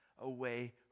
away